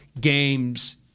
games